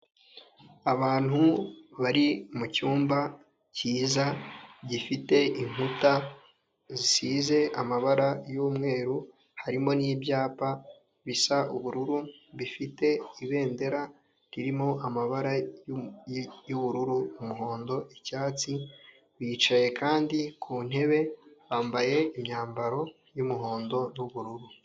Abantu bari mu cyumba cyiza gifite inkuta zisize amabara y'umweru, harimo n'ibyapa bisa ubururu, bifite ibendera ririmo amabara y'ubururu, umuhondo, icyatsi, bicaye kandi ku ntebe bambaye imyambaro y'umuhondo n'ubururu.